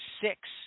six